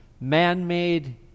man-made